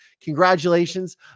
Congratulations